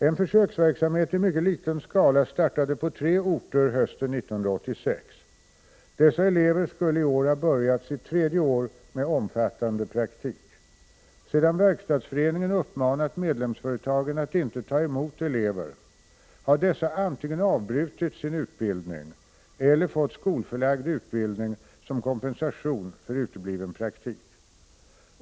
En försöksverksamhet i mycket liten skala startade på tre orter hösten 1986. Dessa elever skulle i år ha börjat sitt tredje år med omfattande praktik. Sedan Verkstadsföreningen uppmanat medlemsföretagen att inte ta emot elever, har dessa antingen avbrutit sin utbildning eller fått skolförlag utbildning som kompensation för utebliven praktik.